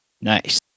Nice